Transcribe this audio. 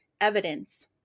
evidence